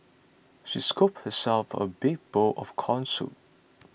she scooped herself a big bowl of Corn Soup